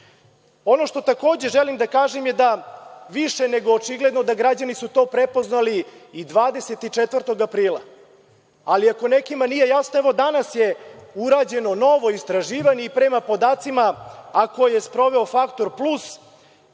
što takođe želim da kažem je da više nego očigledno da građani su to prepoznali i 24. aprila, ali ako nekima nije jasno, evo danas je urađeno novo istraživanje i prema podacima, a koje je sproveo „Faktor plus“,